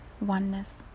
oneness